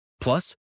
Plus